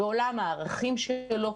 בעולם הערכים שלו,